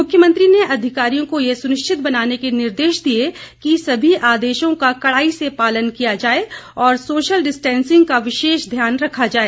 मुख्यमंत्री ने अधिकारियों को ये सुनिश्चित बनाने के निर्देश दिए कि सभी आदेशों का कड़ाई से पालन किया जाए और सोशल डिस्टैंसिंग का विशेष ध्यान रखा जाए